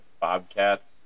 Bobcats